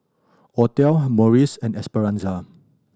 Othel Maurice and Esperanza